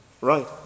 Right